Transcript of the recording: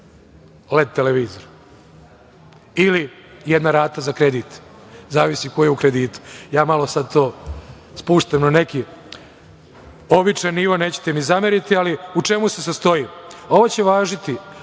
led televizor ili jedna rata za kredit, zavisi ko je u kreditu. Ja sada malo to spuštam na neki običan nivo, nećete mi zameriti, ali u čemu se sastoji? Ovo će važiti